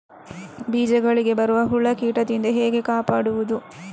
ಬೀಜಗಳಿಗೆ ಬರುವ ಹುಳ, ಕೀಟದಿಂದ ಹೇಗೆ ಕಾಪಾಡುವುದು?